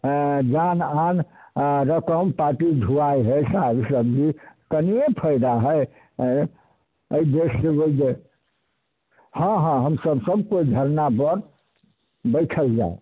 एँ जान आन आओर रकम पाटी ढुआइ हइ साग सब्जी कनिए फाइदा हइ अँए एहि देसके लेल जे हँ हँ हमसब सब कोइ धरनापर बैठल जाएब